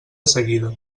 seguida